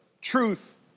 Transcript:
truth